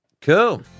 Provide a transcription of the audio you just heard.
Cool